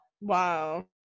Wow